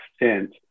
extent